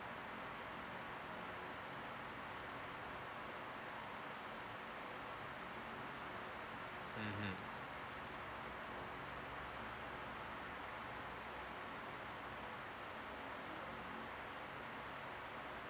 mmhmm